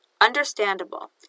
understandable